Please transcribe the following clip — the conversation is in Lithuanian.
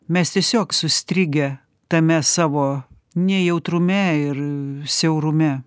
mes tiesiog sustrigę tame savo nejautrume ir siaurume